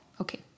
Okay